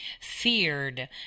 feared